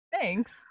Thanks